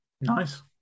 nice